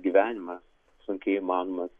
gyvenimas sunkiai įmanomas